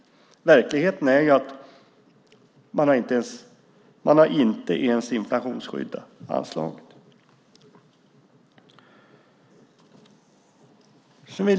Men verkligheten är att man inte ens har inflationsskyddat anslaget.